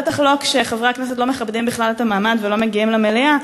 בטח לא כשחברי הכנסת לא מכבדים בכלל את המעמד ולא מגיעים למליאה.